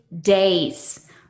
days